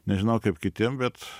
nežinau kaip kitiem bet